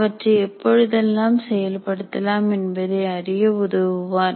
அவற்றை எப்பொழுதெல்லாம் செயல்படுத்தலாம் என்பதை அரிய உதவுவார்